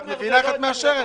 את מבינה איך את מאשרת?